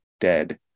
dead